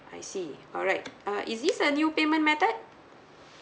I see alright uh is it a new payment method